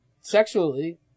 sexually